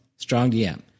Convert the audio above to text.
StrongDM